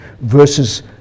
versus